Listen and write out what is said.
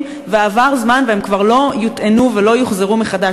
ועבר זמן והם כבר לא יוטענו ולא יוחזרו מחדש?